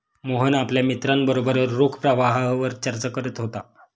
मोहन आपल्या मित्रांबरोबर रोख प्रवाहावर चर्चा करत होता